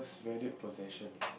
valued possession